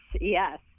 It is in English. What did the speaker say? Yes